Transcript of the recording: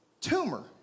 tumor